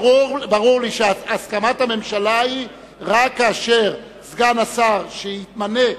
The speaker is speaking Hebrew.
ברור לי שהסכמת הממשלה היא רק כאשר סגן השר שיתמנה,